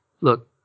Look